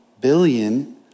billion